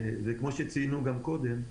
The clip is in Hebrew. וכמו שציינו גם קודם,